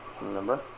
remember